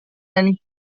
and